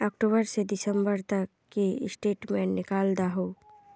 अक्टूबर से दिसंबर तक की स्टेटमेंट निकल दाहू?